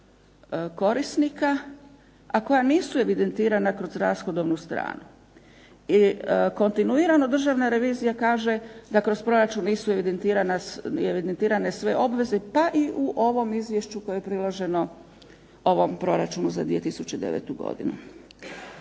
korisnika, a koja nisu evidentirana kroz rashodovnu stranu i kontinuirano državna revizija kaže da kroz proračun nisu evidentirane sve obveze pa i u ovom izvješću koje je priloženo ovom proračunu za 2009. godinu.